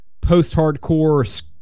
post-hardcore